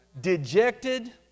dejected